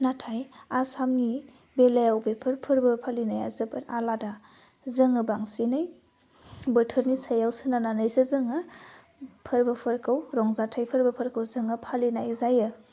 नाथाय आसामनि बेलायाव बेफोर फोरबो फालिनाया जोबोद आलादा जोङो बांसिनै बोथोरनि सायाव सोनारनानैसो जोङो फोरबोफोरखौ रंजाथाइ फोरबोफोरखौ जोङो फालिनाय जायो